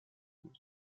بود